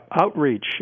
outreach